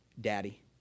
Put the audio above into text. daddy